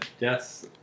yes